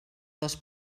dels